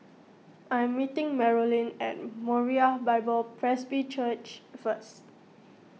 I am meeting Marolyn at Moriah Bible Presby Church first